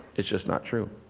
it's just not true.